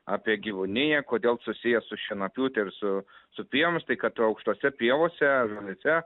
apie gyvūniją kodėl susiję su šienapjūte ir su su pievomis tai kad aukštose pievose ryte